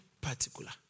particular